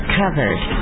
covered